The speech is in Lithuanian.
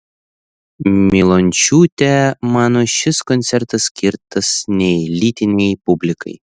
milončiūtė mano šis koncertas skirtas neelitinei publikai